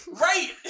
Right